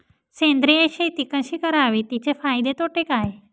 सेंद्रिय शेती कशी करावी? तिचे फायदे तोटे काय?